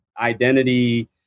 identity